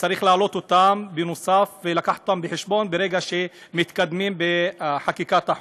שצריך להעלות אותן ולהביא אותן בחשבון ברגע שמתקדמים בחקיקת החוק.